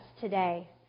today